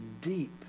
deep